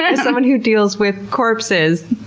yeah someone who deals with corpses,